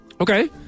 Okay